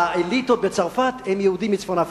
האליטות בצרפת הם יהודים מצפון-אפריקה.